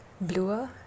bluer